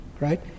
Right